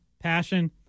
Passion